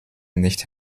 nicht